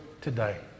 Today